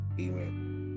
Amen